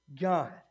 God